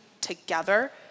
together